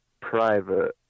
private